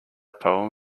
poem